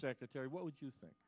secretary what would you think